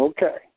Okay